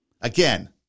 Again